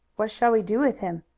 what shall we do with him?